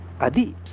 Adi